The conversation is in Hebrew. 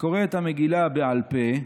הקורא את המגילה בעל פה"